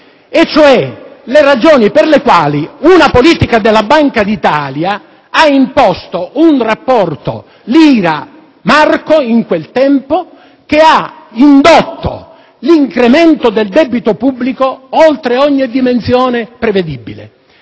a dire quelle per le quali una politica della Banca d'Italia ha imposto un rapporto lira-marco, che ha indotto l'incremento del debito pubblico oltre ogni dimensione prevedibile.